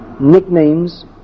nicknames